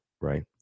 right